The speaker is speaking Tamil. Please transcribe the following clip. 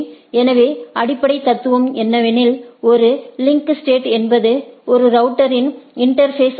எனவே அடிப்படை தத்துவம் என்னவெனில் ஒரு லிங்க் ஸ்டேட் என்பது ஒரு ரவுட்டரின் இன்டா்ஃபேஸ் ஆகும்